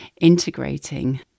integrating